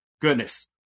goodness